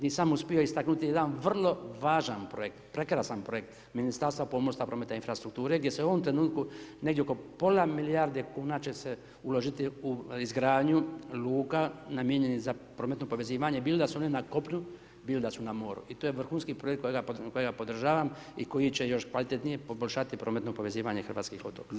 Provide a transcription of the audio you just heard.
Nisam uspio istaknuti jedan vrlo važan projekt, prekrasan projekt Ministarstva pomorstva, prometa i infrastrukture, gdje se u ovom trenutku negdje oko pola milijarde kuna će se uložiti u izgradnju luka namijenjenih za prometno povezivanje, bilo da su one na kopnu, bilo da su na moru, i to je vrhunski projekt kojega podržavam i koji će još kvalitetnije poboljšati prometno povezivanje hrvatskih otoka.